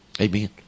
Amen